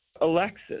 Alexis